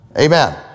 Amen